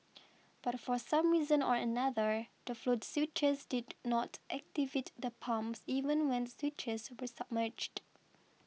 but for some reason or another the float switches did not activate the pumps even when the switches were submerged